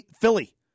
Philly